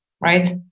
right